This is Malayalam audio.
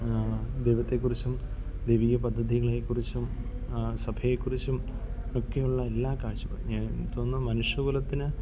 ദൈവത്തെക്കുറിച്ചും ദൈവീക പദ്ധതികളേക്കുറിച്ചും സഭയെക്കുറിച്ചും ഒക്കെ ഉള്ള എല്ലാ കാഴ്ചപ്പാടും ഞാൻ ഇതൊന്നും മനുഷ്യകുലത്തിന്